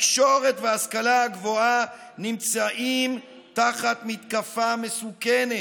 התקשורת וההשכלה הגבוהה נמצאות תחת מתקפה מסוכנת.